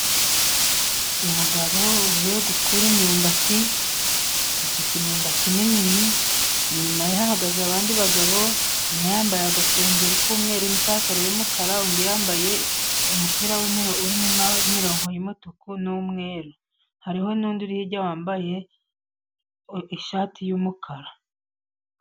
Umugabo uvuye gukura imyumbati afite, imyumbati minini inyuma, hahagaze abandi bagabo umwe yambaye agasengeri k' umweru n' ipantaro y' umukara undi yambaye umupira urimo, imirongo y' umutuku n' umweru hariho n' undi uri hirya wambaye ishati y' umukara.